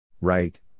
Right